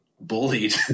Bullied